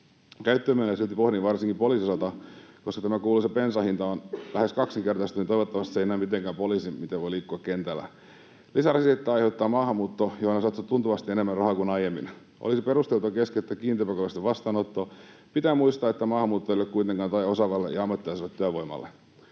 Käyttöä minä silti pohdin varsinkin poliisin osalta, koska tämä kuuluisa bensan hinta on lähes kaksinkertaistanut. Toivottavasti se ei näy mitenkään siinä, miten poliisi voi liikkua kentällä. Lisärasitetta aiheuttaa maahanmuutto, johon on satsattu tuntuvasti enemmän rahaa kuin aiemmin. Olisi perusteltua keskeyttää kiintiöpakolaisten vastaanotto. Pitää muistaa, että maahanmuutto ei ole kuitenkaan tae osaavalle ja ammattitaitoiselle työvoimalle.